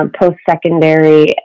post-secondary